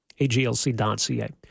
aglc.ca